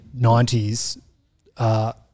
90s